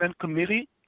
committee